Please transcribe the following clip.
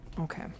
Okay